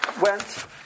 went